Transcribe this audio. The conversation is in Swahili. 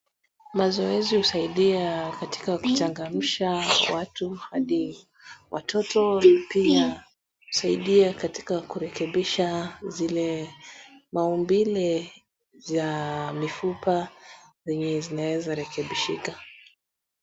Mazoezi husaidia katika kuchangamsha watu hadi watoto, pia husaidia katika kurekebisha zile maumbile za mifupa zenye zinaeza rekebishika.